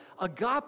Agape